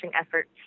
efforts